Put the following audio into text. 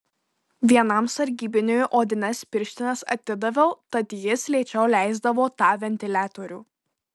vienam sargybiniui odines pirštines atidaviau tad jis lėčiau leisdavo tą ventiliatorių